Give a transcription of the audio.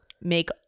make